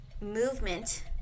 movement